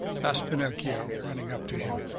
asked pinocchio, running up to him.